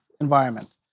environment